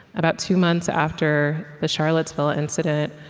about two months after the charlottesville incident,